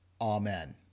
Amen